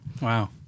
Wow